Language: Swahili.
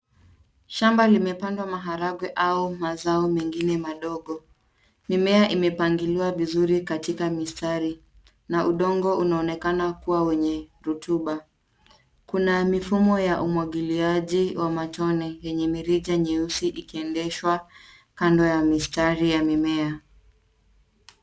Shamba limepandwa maharagwe au mazao mengine madogo. Mimea imepangiliwa vizuri katika mistari na udongo unaonekana kuwa wenye rutuba. Kuna mifumo ya umwangiliaji wa matone yenye mirija nyeusi ikiendeshwa kando ya mistari ya mimea.